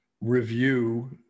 review